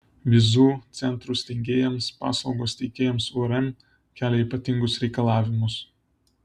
vizų centrų steigėjams paslaugos teikėjams urm kelia ypatingus reikalavimus